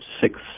six